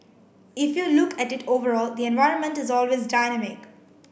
if you look at it overall the environment is always dynamic